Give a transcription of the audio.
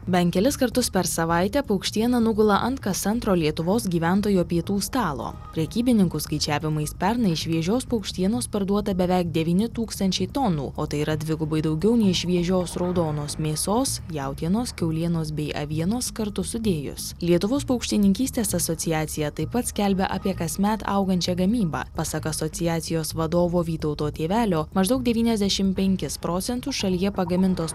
bent kelis kartus per savaitę paukštiena nugula ant kas antro lietuvos gyventojo pietų stalo prekybininkų skaičiavimais pernai šviežios paukštienos parduota beveik devyni tūkstančiai tonų o tai yra dvigubai daugiau nei šviežios raudonos mėsos jautienos kiaulienos bei avienos kartu sudėjus lietuvos paukštininkystės asociacija taip pat skelbia apie kasmet augančią gamybą pasak asociacijos vadovo vytauto tėvelio maždaug devyniasdešim penkis procentus šalyje pagamintos